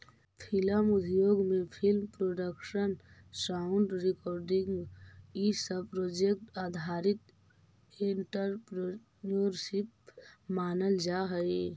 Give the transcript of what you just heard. film उद्योग में film production sound recording इ सब प्रोजेक्ट आधारित एंटरप्रेन्योरशिप मानल जा हई